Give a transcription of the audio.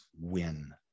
win